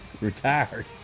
retired